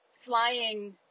flying